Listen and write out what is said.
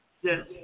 Yes